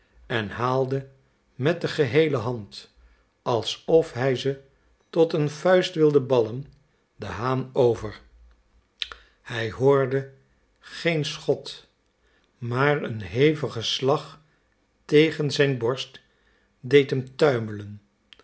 en haalde met de geheele hand alsof hij ze tot een vuist wilde ballen de haan over hij hoorde geen schot maar een hevige slag tegen zijn borst deed hem tuimelen